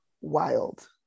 wild